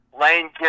Lane